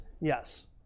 yes